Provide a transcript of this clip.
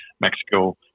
Mexico-